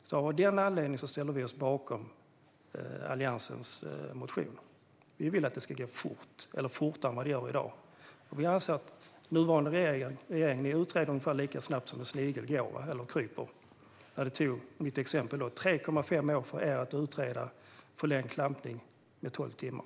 Av denna anledning ställer vi oss bakom Alliansens motion. Vi vill att det ska gå fort, eller fortare än vad det gör i dag. Vi anser att nuvarande regering utreder ungefär lika snabbt som en snigel kryper när det, som i mitt exempel, tar 3,5 år för er att utreda förlängd klampning med tolv timmar.